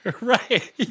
right